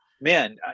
man